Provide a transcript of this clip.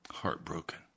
Heartbroken